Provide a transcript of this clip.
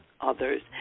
others